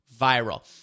viral